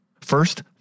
First